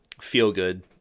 feel-good